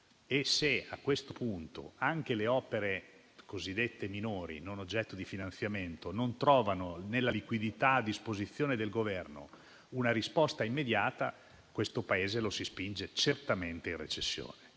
e se, a questo punto, anche le opere cosiddette minori, non oggetto di finanziamento, non trovano nella liquidità a disposizione del Governo una risposta immediata, questo Paese lo si spinge certamente in recessione.